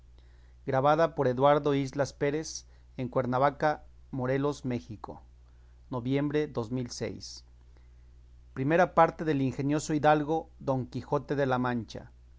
su majestad he visto este libro de la segunda parte del ingenioso caballero don quijote de la mancha